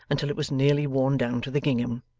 until it was nearly worn down to the gingham.